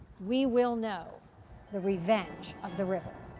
we will know the revenge of the river.